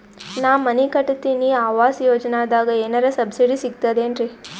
ನಾ ಮನಿ ಕಟಕತಿನಿ ಆವಾಸ್ ಯೋಜನದಾಗ ಏನರ ಸಬ್ಸಿಡಿ ಸಿಗ್ತದೇನ್ರಿ?